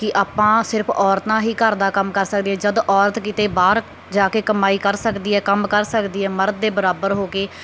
ਕਿ ਆਪਾਂ ਸਿਰਫ ਔਰਤਾਂ ਹੀ ਘਰ ਦਾ ਕੰਮ ਕਰ ਸਕਦੀਆਂ ਜਦ ਔਰਤ ਕਿਤੇ ਬਾਹਰ ਜਾ ਕੇ ਕਮਾਈ ਕਰ ਸਕਦੀ ਹੈ ਕੰਮ ਕਰ ਸਕਦੀ ਹੈ ਮਰਦ ਦੇ ਬਰਾਬਰ ਹੋ ਕੇ